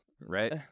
right